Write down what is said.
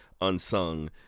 Unsung